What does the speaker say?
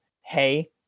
Hey